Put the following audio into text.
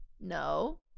No